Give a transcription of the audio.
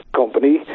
company